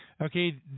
okay